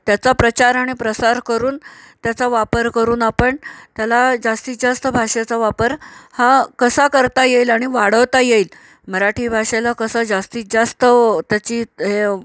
त्याचा प्रचार आणि प्रसार करून त्याचा वापर करून आपण त्याला जास्तीत जास्त भाषेचा वापर हा कसा करता येईल आणि वाढवता येईल मराठी भाषेला कसा जास्तीत जास्त त्याची हे